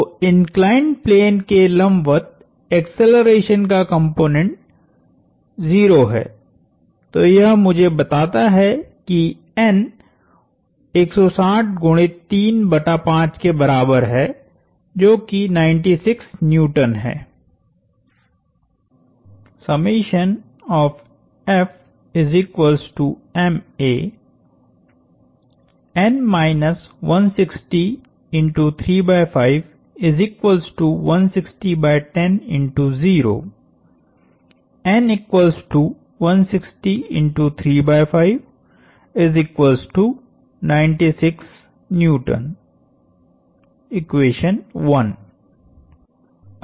तो inclined plane के लंबवत एक्सेलरेशन का कॉम्पोनेन्ट 0 है तो यह मुझे बताता है कि N 160 गुणित 3 बटा 5 के बराबर है जो कि 96N है